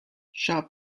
sharp